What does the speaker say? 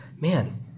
Man